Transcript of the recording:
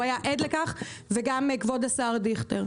הוא היה עד לכך וגם כבוד השר דיכטר.